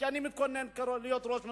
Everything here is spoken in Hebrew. כי אני מתכונן להיות ראש ממשלה.